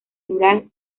rural